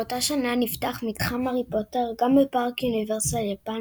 באותה שנה נפתח מתחם הארי פוטר גם בפארק יוניברסל יפן